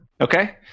Okay